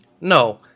No